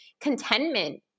contentment